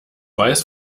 weiß